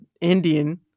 Indian